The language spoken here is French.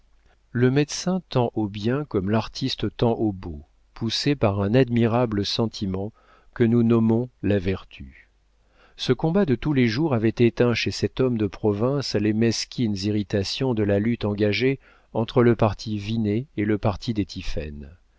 le médecin tend au bien comme l'artiste tend au beau poussé par un admirable sentiment que nous nommons la vertu ce combat de tous les jours avait éteint chez cet homme de province les mesquines irritations de la lutte engagée entre le parti vinet et le parti des tiphaine